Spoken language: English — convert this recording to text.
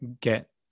get